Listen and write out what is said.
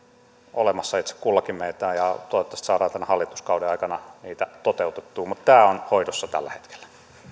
olemassa itse kullakin meistä ja toivottavasti saadaan tämän hallituskauden aikana niitä toteutettua mutta tämä on hoidossa tällä hetkellä